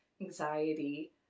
anxiety